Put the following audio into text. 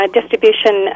distribution